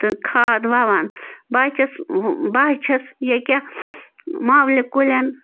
تہٕ کھاد وَوان بہٕ حظ چھَس بہٕ حظ چھَس ییٚکیٛاہ مَولہِ کُلٮ۪ن